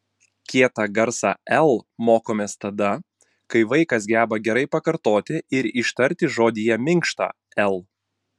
kietą garsą l mokomės tada kai vaikas geba gerai pakartoti ir ištarti žodyje minkštą l